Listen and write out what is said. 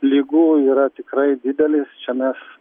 ligų yra tikrai didelis čia mes